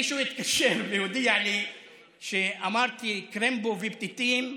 מישהו התקשר והודיע לי שאמרתי קרמבו ופתיתים,